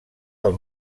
del